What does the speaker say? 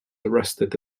arrested